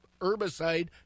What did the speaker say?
herbicide